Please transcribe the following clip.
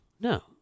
no